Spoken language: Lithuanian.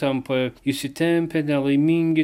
tampa įsitempę nelaimingi